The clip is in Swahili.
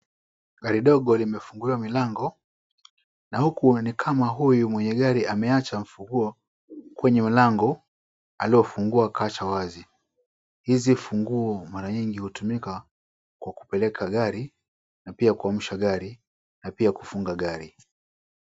Gari dogo limefunguliwa milango na huku ni kama huyu mwenye gari ameacha ufunguo kwenye lango aliofungua akaacha wazi. Hizi funguo mara nyingi hutumika kwa kupeleka gari na pia kuamsha gari na pia kufungia gari.